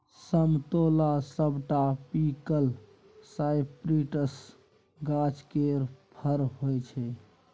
समतोला सबट्रापिकल साइट्रसक गाछ केर फर होइ छै